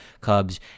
Cubs